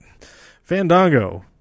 Fandango